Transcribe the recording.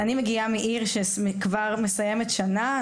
אני מגיעה מעיר שכבר מסיימת שנה,